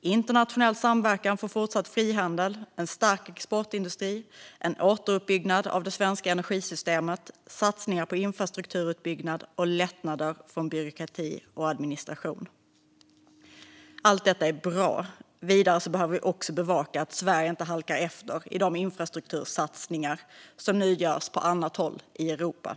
internationell samverkan för fortsatt frihandel, en stark exportindustri, en återuppbyggnad av det svenska energisystemet, satsningar på infrastrukturutbyggnad och lättnader från byråkrati och administration. Allt detta är bra. Vidare behöver vi också bevaka att Sverige inte halkar efter i de infrastruktursatsningar som nu görs på annat håll i Europa.